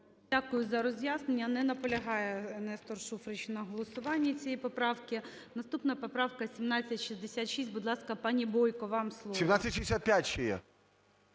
Дякую за роз'яснення. Не наполягає Нестор Шуфрич на голосуванні цієї поправки. Наступна поправка 1766. Будь ласка, пані Бойко, вам слово.